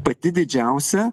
pati didžiausia